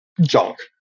junk